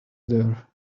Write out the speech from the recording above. there